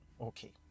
okay